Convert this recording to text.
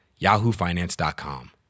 yahoofinance.com